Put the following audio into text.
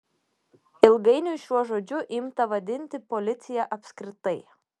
ilgainiui šiuo žodžiu imta vadinti policiją apskritai